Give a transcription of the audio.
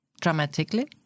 dramatically